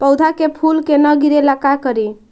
पौधा के फुल के न गिरे ला का करि?